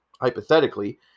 hypothetically